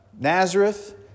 Nazareth